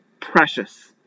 precious